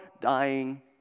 dying